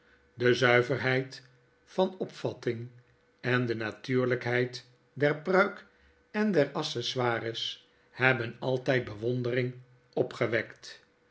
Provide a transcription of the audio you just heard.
de zuiverheid van opvatting en de natuurlijkheid der pruik en der accessoires hebben altydbewondering opgewekt